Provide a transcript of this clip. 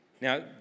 Now